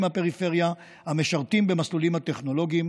מהפריפריה המשרתים במסלולים הטכנולוגיים,